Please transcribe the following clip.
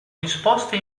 disposte